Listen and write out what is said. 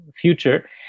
future